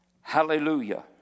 Hallelujah